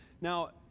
Now